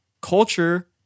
culture